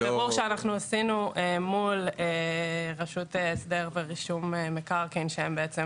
הבירור שאנחנו עשינו מול רשות הסדר ורישום מקרקעין - שהם בעצם